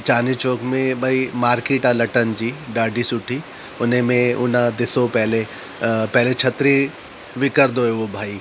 चांदनी चौक में भई मार्केट आहे लटनि जी डाढी सुठी हुन में हुन ॾिसो पहले पहले छत्री विकिड़ंदो हुओ उहो भाई